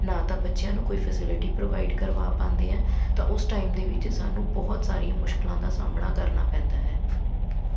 ਨਾ ਤਾਂ ਬੱਚਿਆਂ ਨੂੰ ਕੋਈ ਫੈਸੇਲਿਟੀ ਪ੍ਰੋਵਾਈਡ ਕਰਵਾ ਪਾਉਂਦੇ ਹੈ ਤਾਂ ਉਸ ਟਾਈਮ ਦੇ ਵਿੱਚ ਸਾਨੂੰ ਬਹੁਤ ਸਾਰੀਆਂ ਮੁਸ਼ਕਲਾਂ ਦਾ ਸਾਹਮਣਾ ਕਰਨਾ ਪੈਂਦਾ ਹੈ